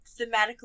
thematically